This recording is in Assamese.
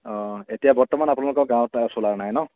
অঁ এতিয়া বৰ্তমান আপোনালোকৰ গাঁৱত চ'লাৰ নাই ন